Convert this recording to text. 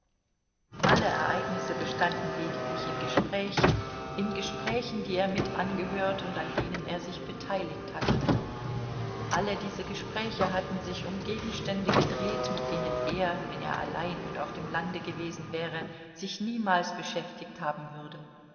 alle ereignisse bestanden lediglich in gesprächen in gesprächen die er mit angehört und an denen er sich beteiligt hatte alle diese gespräche hatten sich um gegenstände gedreht mit denen er wenn er allein und auf dem lande gewesen wäre sich niemals beschäftigt haben würde